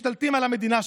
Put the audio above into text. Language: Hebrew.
משתלטים על המדינה שלנו.